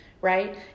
right